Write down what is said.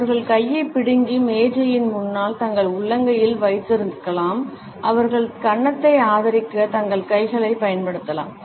அவர்கள் தங்களது கைகளை மேஜையின் மேல் வைத்து கண்ணத்தை கைகளுடன் இணைத்து ஆதரவாக பயன்படுத்தலாம்